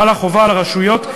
חלה חובה על הרשויות,